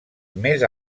més